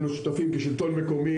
השלטון המקומי,